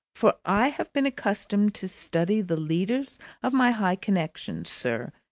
for i have been accustomed to study the leaders of my high connexion, sir,